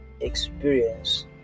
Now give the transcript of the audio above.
experience